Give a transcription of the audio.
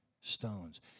stones